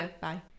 Bye